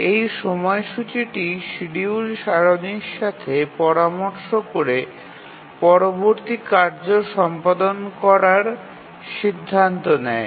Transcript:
এই সময়সূচিটি শিডিউল সারণির সাথে পরামর্শ করে পরবর্তী কার্য সম্পাদন করার সিদ্ধান্ত নেয়